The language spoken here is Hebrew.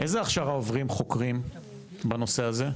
איזו הכשרה עוברים חוקרים בנושא הזה?